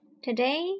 Today